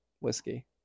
whiskey